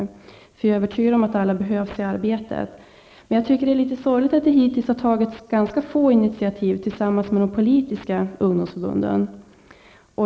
Jag är nämligen övertygad om att alla behövs i arbetet. Men det är litet sorgligt att det hittills har tagits ganska få initiativ tillsammans med de politiska ungdomsförbunden.